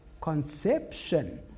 Conception